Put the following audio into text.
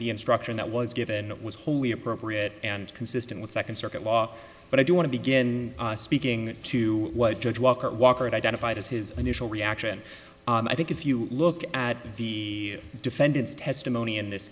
the instruction that was given was wholly appropriate and consistent with second circuit law but i do want to begin speaking to what judge walker walker identified as his initial reaction i think if you look at the defendant's testimony in this